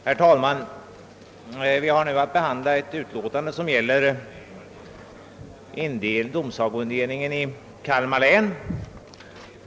Herr talman! Vi har nu att behandla ett utlåtande som gäller domsagoindelningen i Kalmar län.